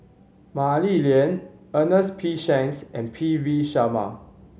Mah Li Lian Ernest P Shanks and P V Sharma